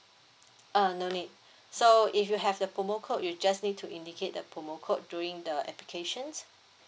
uh no need so if you have the promo code you just need to indicate the promo code during the applications